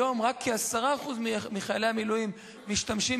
היום רק כ-10% מחיילי המילואים משתמשים